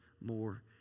more